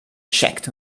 checked